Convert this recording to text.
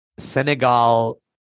Senegal